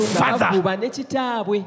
father